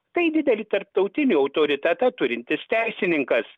tai didelį tarptautinį autoritetą turintis teisininkas